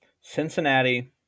Cincinnati